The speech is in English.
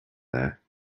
there